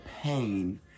pain